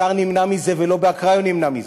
השר נמנע מזה, ולא באקראי הוא נמנע מזה,